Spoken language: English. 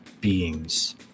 beings